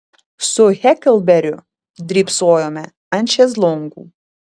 su heklberiu drybsojome ant šezlongų